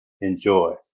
enjoy